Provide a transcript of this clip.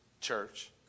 church